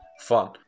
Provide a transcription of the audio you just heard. fun